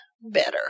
better